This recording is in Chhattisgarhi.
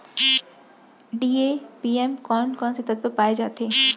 डी.ए.पी म कोन कोन से तत्व पाए जाथे?